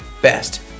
best